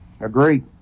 Agree